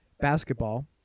basketball